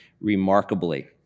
remarkably